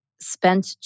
spent